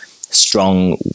strong